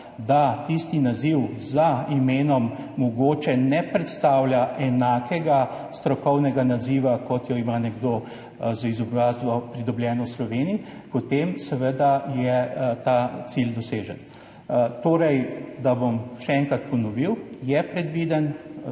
da tisti naziv za imenom mogoče ne predstavlja enakega strokovnega naziva, kot ga ima nekdo z izobrazbo, pridobljeno v Sloveniji, potem je seveda ta cilj dosežen. Bom še enkrat ponovil. Novela je predvidena,